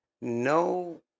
no